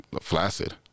flaccid